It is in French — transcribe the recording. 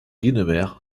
guynemer